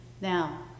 Now